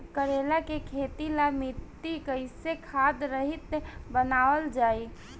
करेला के खेती ला मिट्टी कइसे खाद्य रहित बनावल जाई?